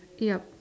yep